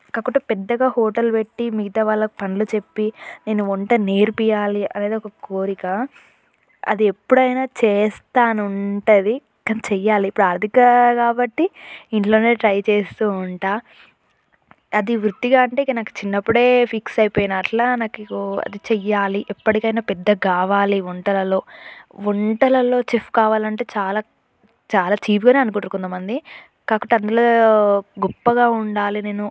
కాకుంటే పెద్దగా హోటల్ పెట్టి మిగతా వాళ్ళకి పనులు చెప్పి నేను వంట నేర్పీయాలి అనేది ఒక కోరిక అది ఎప్పుడైనా చేస్తానుంటది కాని చెయ్యాలి ఇప్పుడు ఆర్థిక కాబట్టి ఇంట్లోనే ట్రై చేస్తూ ఉంటాను అది వృత్తిగా అంటే ఇక నాకు చిన్నప్పుడే ఫిక్స్ అయిపోయిన అట్లా ఇగో అది చెయ్యాలి ఎప్పటికైనా పెద్దగా కావాలి వంటలలో వంటలలో చెఫ్ కావాలంటే చాలా చాలా చీప్ గానే అనుకుంటారు కొంతమంది కాకపోతే అందులో గొప్పగా ఉండాలి నేను